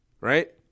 right